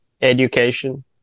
education